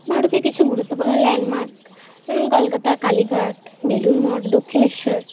ভারতে কিছু গুরুত্বপূর্ণ ল্যান্ডমার্ক যেমন কলকাতার কালীঘাট বেলুড় মঠ দক্ষিণেশ্বর